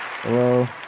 Hello